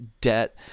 debt